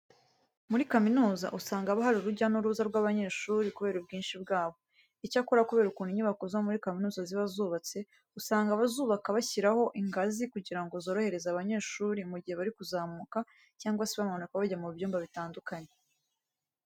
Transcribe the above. Muri kaminuza usanga haba hari urujya n'uruza rw'abanyeshuri kubera ubwinshi bwabo. Icyakora kubera ukuntu inyubako zo muri kaminuza ziba zubatse usanga abazubaka bashyiraho ingazi kugira ngo zorohereze abanyeshuri mu gihe bari kuzamuka cyangwa se bamanuka bajya mu byumba bitandukanye.